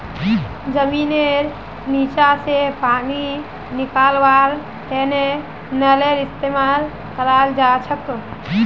जमींनेर नीचा स पानी निकलव्वार तने नलेर इस्तेमाल कराल जाछेक